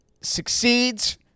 succeeds